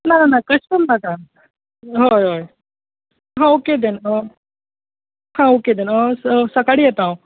ना ना ना कस्टम नाका हय हय हां ओके देन हां ओके देन सकाळीं येता हांव